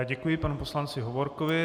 Děkuji panu poslanci Hovorkovi.